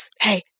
hey